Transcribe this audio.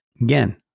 again